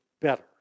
better